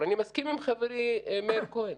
אבל מסכים עם חברי מאיר כהן.